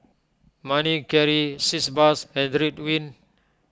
Manicare Sitz Bath and Ridwind